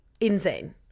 insane